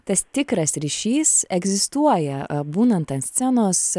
tas tikras ryšys egzistuoja būnant ant scenos